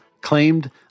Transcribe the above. claimed